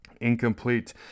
incomplete